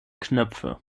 knöpfe